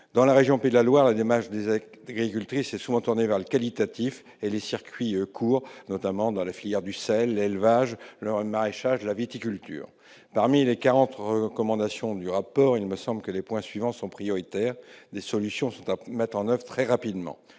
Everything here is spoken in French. Dans la région Pays de la Loire, la démarche des agricultrices est souvent tournée vers le qualitatif et les circuits courts ; je pense notamment aux filières du sel, de l'élevage, du maraîchage ou de la viticulture. Parmi les quarante recommandations du rapport, il me semble que les points suivants sont prioritaires et demandent que des solutions soient mises en oeuvre très rapidement.